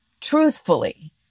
truthfully